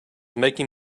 making